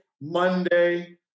Monday